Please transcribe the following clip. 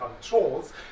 controls